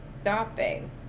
stopping